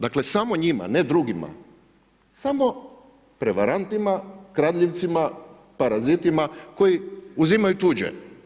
Dakle samo njima, ne drugima, samo prevarantima, kradljivcima, parazitima koji uzimaju tuđe.